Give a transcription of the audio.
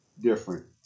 different